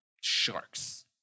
sharks